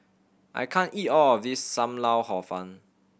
I can't eat all of this Sam Lau Hor Fun